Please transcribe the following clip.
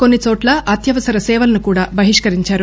కొన్ని చోట్ల అత్యవసర సేవలను కూడా బహిష్కరించారు